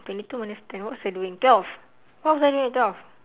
twenty two minus ten what was I doing twelve what was I doing at twelve